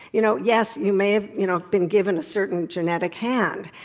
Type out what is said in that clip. you know, yes, you may have, you know, been given a certain genetic hand,